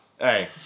Hey